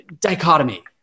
dichotomy